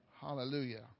hallelujah